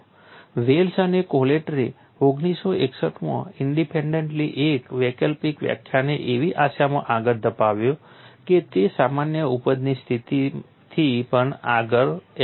Wales અને કોટ્રેલે 1961 માં ઇન્ડેપેન્ડેન્ટલી એક વૈકલ્પિક ખ્યાલને એવી આશામાં આગળ ધપાવ્યો કે તે સામાન્ય ઉપજની સ્થિતિથી પણ આગળ પણ એપ્લાય થશે